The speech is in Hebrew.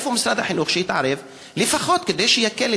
איפה משרד החינוך שיתערב לפחות כדי שיקל